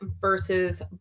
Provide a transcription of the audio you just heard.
versus